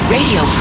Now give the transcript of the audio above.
Radio